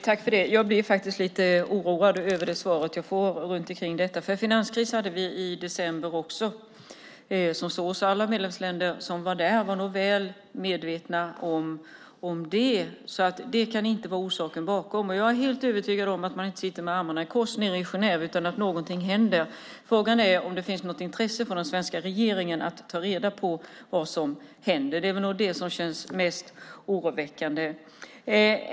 Herr talman! Jag blir faktiskt lite oroad över det svar som jag får om detta. Finanskris hade vi nämligen i december också. Alla medlemsländer som var där var nog väl medvetna om det. Det kan inte vara orsaken till detta. Jag är helt övertygad om att man inte sitter med armarna i kors i Genève utan att någonting händer. Frågan är om det finns något intresse från den svenska regeringen att ta reda på vad som händer. Det är nog det mest oroväckande.